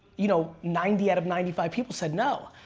you know, ninety out of ninety five people said no.